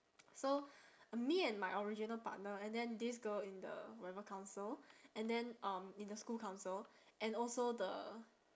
so me and my original partner and then this girl in the whatever council and then um in the school council and also the